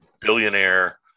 billionaire